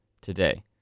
today